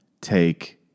take –